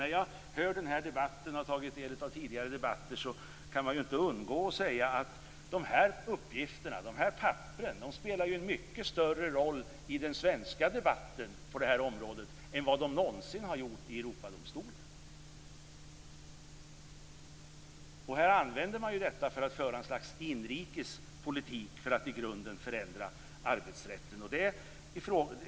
När jag hör debatten och har tagit del av tidigare debatter kan jag inte undgå att säga att de här uppgifterna spelar en mycket större roll i den svenska debatten på det här området än vad de någonsin har gjort i Europadomstolen. Här använder man detta för att föra ett slags inrikespolitik för att i grunden förändra arbetsrätten.